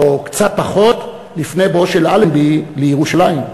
או קצת פחות, לפני בואו של אלנבי לירושלים.